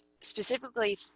specifically